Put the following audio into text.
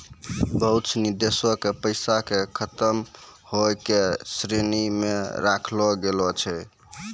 बहुते सिनी देशो के पैसा के खतम होय के श्रेणी मे राखलो गेलो छै